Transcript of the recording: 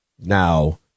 Now